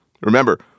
Remember